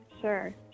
Sure